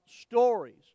stories